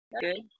good